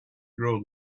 grow